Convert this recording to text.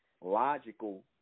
logical